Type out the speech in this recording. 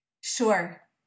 Sure